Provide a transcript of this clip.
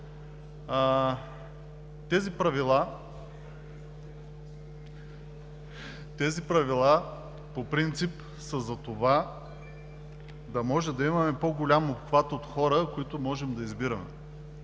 не утре, по принцип са, за да може да имаме по-голям обхват от хора, които можем да избираме.